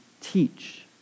teach